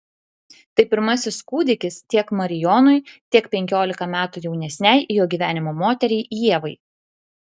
tai pirmasis kūdikis tiek marijonui tiek penkiolika metų jaunesnei jo gyvenimo moteriai ievai